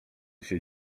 się